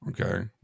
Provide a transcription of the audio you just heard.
okay